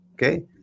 Okay